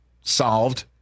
solved